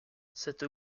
cette